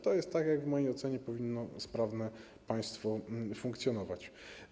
To jest tak, jak w mojej ocenie powinno sprawne państwo funkcjonować.